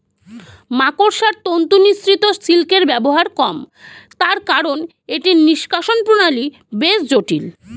মাকড়সার তন্তু নিঃসৃত সিল্কের ব্যবহার কম, তার কারন এটির নিষ্কাশণ প্রণালী বেশ জটিল